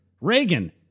Reagan